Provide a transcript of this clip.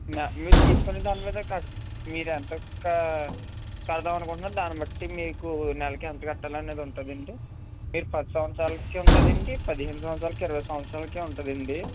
నే మీరు తీసుకునేదానిమీద కా మీరేంత కా కడదాం అనుకుంటున్నారో దానిబట్టి మీకు నెలకి ఎంత కట్టాలో అనేది ఉంటుందండి మీకు పది సంవత్సరాలకి ఉంటుందండి పదిహేను సంవత్సరాలకి ఇరవై సంవత్సరాలకి ఉంటుందండి